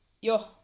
yo